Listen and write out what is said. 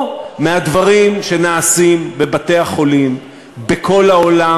או מהדברים שנעשים בבתי-החולים בכל העולם